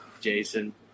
Jason